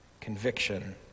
conviction